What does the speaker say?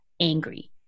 angry